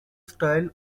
style